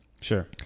Sure